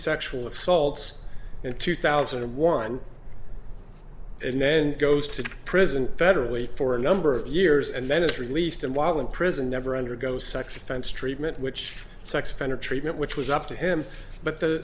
sexual assaults in two thousand and one and then goes to prison federally for a number of years and then is released and while in prison never undergo sex offense treatment which sex offender treatment which was up to him but the